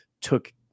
took